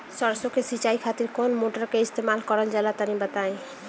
सरसो के सिंचाई खातिर कौन मोटर का इस्तेमाल करल जाला तनि बताई?